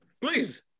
please